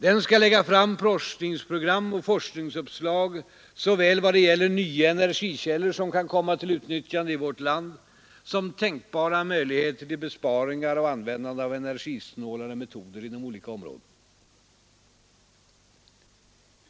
Den skall lägga fram forskningsprogram och forskningsuppslag vad gäller såväl nya energikällor som kan komma till utnyttjande i vårt land som tänkbara möjligheter till besparingar och användande av energisnålare metoder inom olika områden.